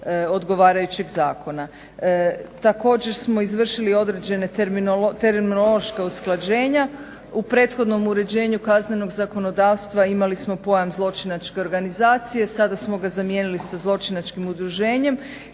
odgovarajućeg zakona. Također smo izvršili određena terminološka usklađenja. U prethodnom uređenju kaznenog zakonodavstva imali smo pojam zločinačke organizacije, sada smo ga zamijenili sa zločinačkim udruženjem